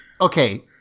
Okay